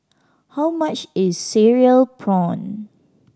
how much is cereal prawn